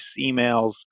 emails